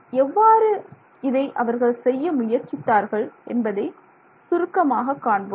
எவ்வாறு இதை அவர்கள் செய்ய முயற்சித்தார்கள் என்பதை சுருக்கமாக காண்போம்